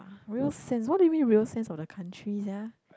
!wah! real sense what do you mean real sense of the country sia